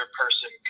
person